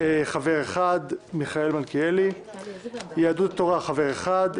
חבר אחד: מיכאל מלכיאלי; יהדות התורה חבר אחד,